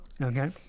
Okay